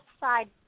side